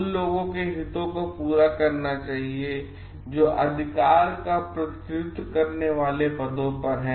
उन लोगों के हितों को पूरा करना चाहिए जो अधिकार का प्रतिनिधित्व करने वाले पदों पर हैं